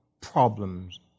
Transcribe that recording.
problems